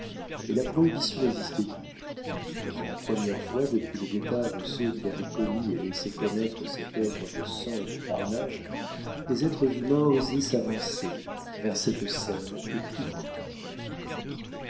mais la prohibition n'existait plus et pour la première fois depuis le départ de ceux qui avaient commis et laissé commettre cette œuvre de sang et de carnage des êtres humains osaient s'avancer vers cette scène épouvantable